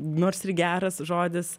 nors ir geras žodis